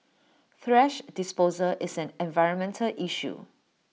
thrash disposal is an environmental issue